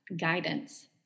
guidance